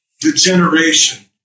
degeneration